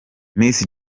miss